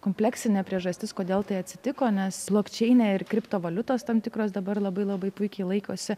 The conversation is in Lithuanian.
kompleksinė priežastis kodėl tai atsitiko nes blok čein ir kriptovaliutos tam tikros dabar labai labai puikiai laikosi